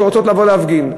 שרוצות לבוא להפגין,